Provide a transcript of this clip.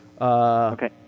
Okay